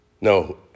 No